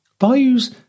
Values